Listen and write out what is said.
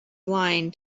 line